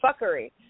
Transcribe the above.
fuckery